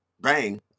bang